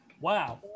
Wow